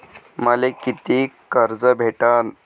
मले कितीक कर्ज भेटन?